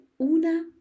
una